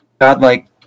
god-like